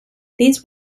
these